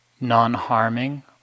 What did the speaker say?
non-harming